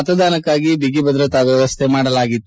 ಮತದಾನಕ್ಕೆ ಬಿಗಿ ಭದ್ರತಾ ವ್ಯವಸ್ಥೆ ಮಾಡಲಾಗಿತ್ತು